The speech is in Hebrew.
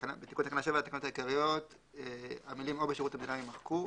בתיקון תקנה 7 לתקנות העיקריות המילים "או בשירות המדינה" יימחקו,